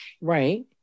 Right